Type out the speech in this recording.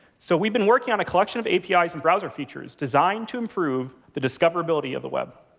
so we've been working on a collection of apis and browser features designed to improve the discoverability of the web.